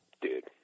Dude